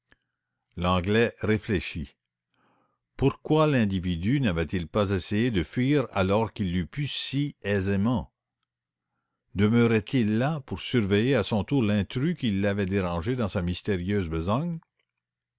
l'anglais réfléchit pourquoi l'individu n'avait-il pas essayé de fuir alors qu'il l'eût pu si aisément demeurait-il là pour surveiller à son tour l'intrus qui l'avait dérangé dans sa mystérieuse besogne